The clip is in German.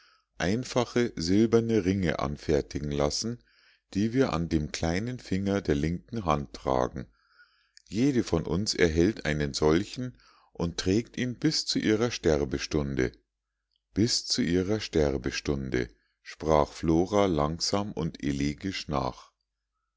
einfache silberne ringe anfertigen lassen die wir an dem kleinen finger der linken hand tragen jede von uns erhält einen solchen und trägt ihn bis zu ihrer sterbestunde bis zu ihrer sterbestunde sprach flora langsam und elegisch nach